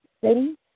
city